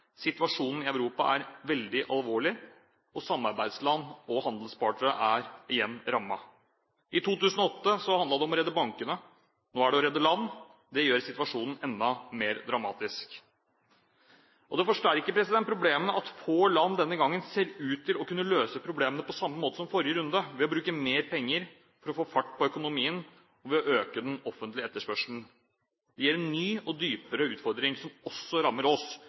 Situasjonen i Europa er veldig alvorlig, og samarbeidsland og handelspartnere er igjen rammet. I 2008 handlet det om å redde bankene. Nå handler det om å redde land. Det gjør situasjonen enda mer dramatisk. Det forsterker problemene at få land denne gangen ser ut til å kunne løse problemene på samme måte som i forrige runde, ved å bruke mer penger for å få fart på økonomien og ved å øke den offentlige etterspørselen. Det gir en ny og dypere utfordring som også rammer oss,